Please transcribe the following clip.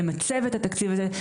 למצב את התקציב הזה.